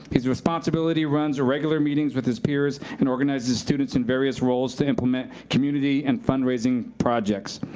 his responsibility, runs regular meetings with his peers and organizes students in various roles to implement community and fundraising projects.